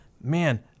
man